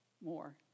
More